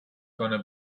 gonna